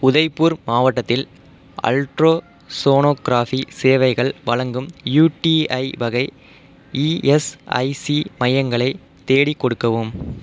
உதய்பூர் மாவட்டத்தில் அல்ட்ரோசோனோகிராஃபி சேவைகள் வழங்கும் யூடிஐ வகை இஎஸ்ஐசி மையங்களை தேடிக் கொடுக்கவும்